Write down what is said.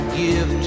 give